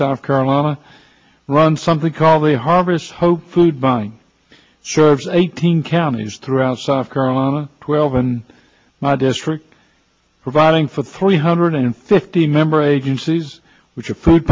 south carolina runs something called the harvest hope food bank shoves eighteen counties throughout south carolina twelve in my district providing for three hundred and fifty member agencies which are food